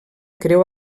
creu